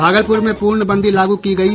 भागलपुर में पूर्णबंदी लागू की गयी